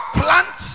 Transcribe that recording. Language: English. plant